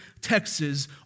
Texas